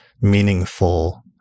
meaningful